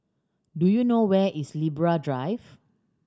do you know where is Libra Drive